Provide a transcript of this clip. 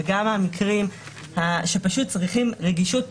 וגם המקרים שבהם צריכים פשוט רגישות פרוצדורלית,